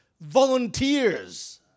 volunteers